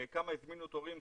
כמה הזמינו תורים,